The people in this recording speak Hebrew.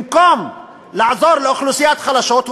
במקום לעזור לאוכלוסיות חלשות,